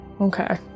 Okay